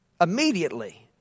immediately